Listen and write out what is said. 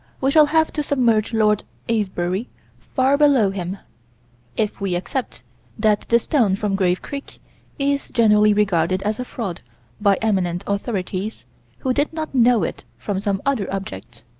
we shall have to submerge lord avebury far below him if we accept that the stone from grave creek is generally regarded as a fraud by eminent authorities who did not know it from some other object